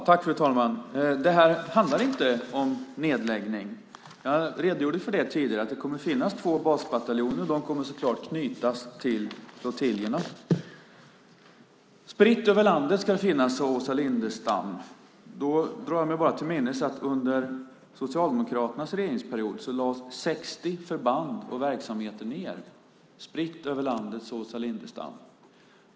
Fru talman! Det handlar inte om nedläggning. Jag redogjorde för att det kommer att finnas två basbataljoner, och de kommer att knytas till flottiljerna. Spritt över landet ska de finnas, sade Åsa Lindestam. Jag drar mig till minnes att under Socialdemokraternas regeringsperiod lades 60 förband och verksamheter ned, spritt över landet.